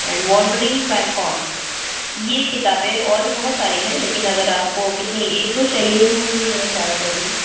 and Wandering Falcon یہ کتابیں اور بھی بہت ساری ہیں لیکن اگر آپ کو کتنی ایک دو چاہیے ہی ہوں گی میرے خیال سے ابھی